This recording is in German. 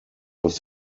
aus